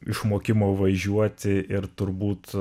išmokimo važiuoti ir turbūt